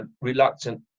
reluctant